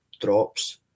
drops